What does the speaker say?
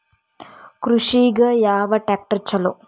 ಕೃಷಿಗ ಯಾವ ಟ್ರ್ಯಾಕ್ಟರ್ ಛಲೋ?